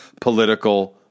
political